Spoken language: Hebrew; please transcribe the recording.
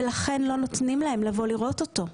ולכן לא נותנים להם לבוא לראות אותו.